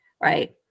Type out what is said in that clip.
right